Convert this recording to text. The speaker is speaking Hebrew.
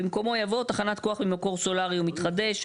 במקומו יבוא "תחנות כוח ממקור סולארי מתחדש".